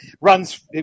Runs